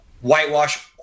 whitewash